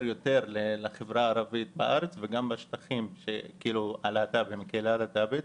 יותר לחברה הערבית בארץ וגם בשטחים לקהילה הלהט"בית